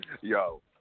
Yo